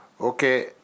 Okay